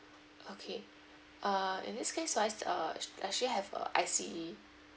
okay uh in this case wise uh does she have err I_C